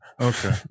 Okay